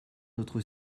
notre